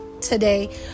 today